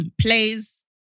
plays